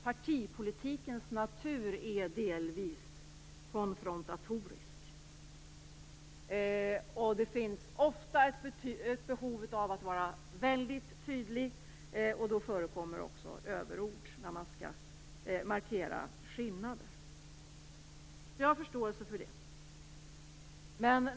Partipolitikens natur är delvis konfrontatorisk. Det finns ofta ett behov av att vara väldigt tydlig, och då förekommer också överord när man skall markera skillnader. Jag har förståelse för det.